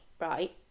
right